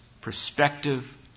perspective